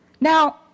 Now